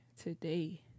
today